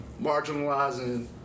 marginalizing